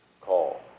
call